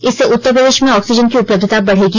इससे उत्तर प्रदेश में ऑक्सीजन की उपलब्धता बढ़ेगी